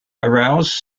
aroused